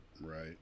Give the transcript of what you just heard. right